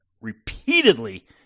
Repeatedly